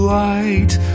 light